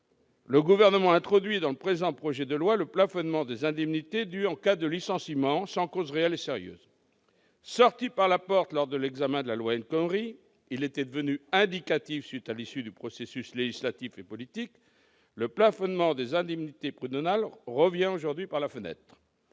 le Gouvernement introduit dans le présent projet de loi le plafonnement des indemnités dues en cas de licenciement sans cause réelle et sérieuse. Sorti par la porte lors de l'examen de la loi El Khomri- il était devenu indicatif à l'issue du processus législatif et politique -, le plafonnement des indemnités prud'homales revient aujourd'hui par la fenêtre.